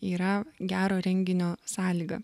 yra gero renginio sąlyga